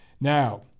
Now